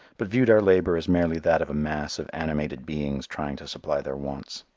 but viewed our labor as merely that of a mass of animated beings trying to supply their wants.